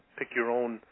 pick-your-own